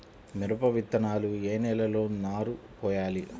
మిరప విత్తనాలు ఏ నెలలో నారు పోయాలి?